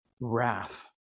wrath